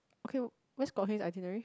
okay where's Kok-Heng's itinerary